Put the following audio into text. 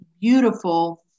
beautiful